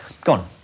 gone